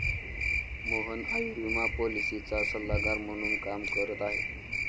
मोहन आयुर्विमा पॉलिसीचा सल्लागार म्हणून काम करत आहे